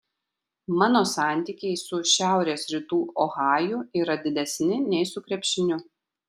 mano santykiai su šiaurės rytų ohaju yra didesni nei su krepšiniu